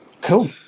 Cool